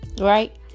Right